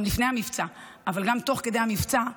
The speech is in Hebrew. גם לפני המבצע אבל גם תוך כדי המבצע,